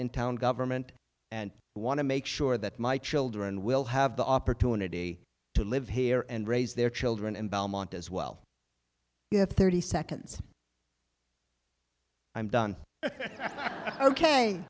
in town government and i want to make sure that my children will have the opportunity to live here and raise their children in belmont as well you have thirty seconds i'm done ok